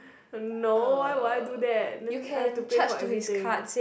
no why would I do that then I've to pay for everything